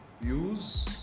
use